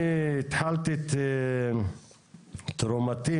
אני התחלתי את תרומתי,